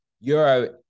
Euro